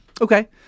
Okay